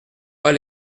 pas